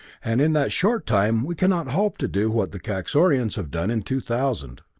and in that short time we cannot hope to do what the kaxorians have done in two thousand.